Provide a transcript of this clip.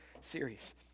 series